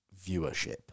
viewership